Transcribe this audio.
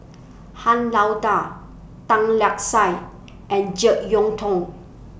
Han Lao DA Tan Lark Sye and Jek Yeun Thong